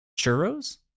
Churros